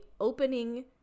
opening